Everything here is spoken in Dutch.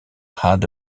had